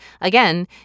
again